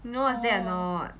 you know what's that or not